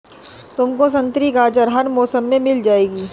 तुमको संतरी गाजर हर मौसम में मिल जाएगी